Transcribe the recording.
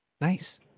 Nice